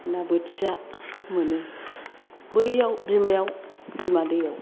ना बोथिया मोनो बैयाव बिमायाव बिमा दैयाव